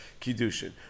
Kiddushin